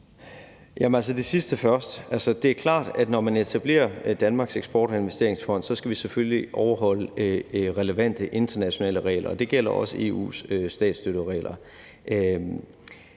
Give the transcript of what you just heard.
Det sidste først: Det er klart, at når vi etablerer Danmarks Eksport- og Investeringsfond, skal vi selvfølgelig overholde de relevante internationale regler, og det gælder også EU's statsstøtteregler.